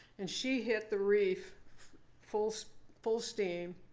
and she hit the reef full so full steam.